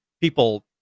people